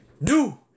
new